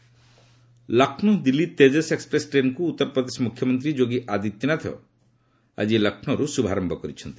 Tejas express Lucknow Delhi Tejas express ଟ୍ରେନ୍କୁ ଉତ୍ତରପ୍ରଦେଶ ମୁଖ୍ୟମନ୍ତ୍ରୀ ଯୋଗୀ ଆଦିତ୍ୟନାଥ ଆଙ୍କି ଲକ୍ଷ୍ନୌରୁ ଶୁଭାରମ୍ଭ କରିଛନ୍ତି